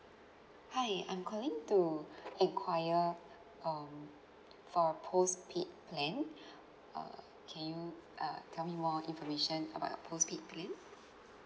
hi I'm calling to inquire um for postpaid plan err can you uh tell me more information about your postpaid plan